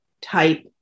type